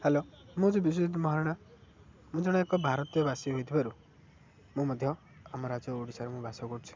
hello ମୁଁ ଯେ ବିଶୁଜିତ ମହାରଣା ମୁଁ ଜଣେ ଏକ ଭାରତୀୟବାସି ହୋଇଥିବାରୁ ମୁଁ ମଧ୍ୟ ଆମ ରାଜ୍ୟ ଓଡ଼ିଶାରୁ ମୁଁ ବାସ କରୁଛି